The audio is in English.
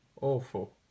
Awful